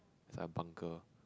it's like a bunker